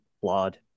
flawed